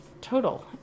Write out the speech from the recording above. total